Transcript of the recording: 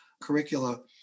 curricula